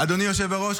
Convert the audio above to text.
אדוני היושב-ראש,